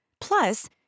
Plus